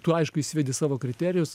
tu aišku įsivedi savo kriterijus